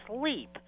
sleep